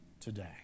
today